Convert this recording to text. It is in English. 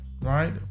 right